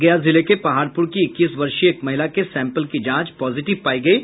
गया जिले के पहाड़पूर की इक्कीस वर्षीय एक महिला के सैंपल की जांच पॉजिटिव पायी गयी